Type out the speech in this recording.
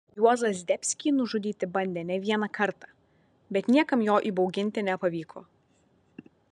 juozą zdebskį nužudyti bandė ne vieną kartą bet niekam jo įbauginti nepavyko